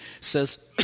says